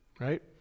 right